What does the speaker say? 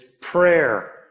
prayer